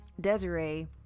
Desiree